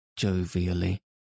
Jovially